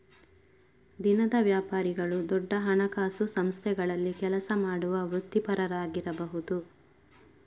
ದಿನದ ವ್ಯಾಪಾರಿಗಳು ದೊಡ್ಡ ಹಣಕಾಸು ಸಂಸ್ಥೆಗಳಲ್ಲಿ ಕೆಲಸ ಮಾಡುವ ವೃತ್ತಿಪರರಾಗಿರಬಹುದು